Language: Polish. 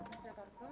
Dziękuję bardzo.